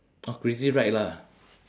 orh crazy ride lah